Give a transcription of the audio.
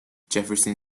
jefferson